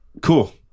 Cool